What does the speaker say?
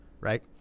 Right